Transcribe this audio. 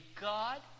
God